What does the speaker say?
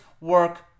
work